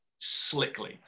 slickly